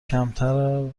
کمتر